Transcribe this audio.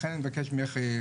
לכן אני מבקש ממך,